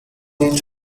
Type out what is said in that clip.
each